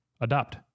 adopt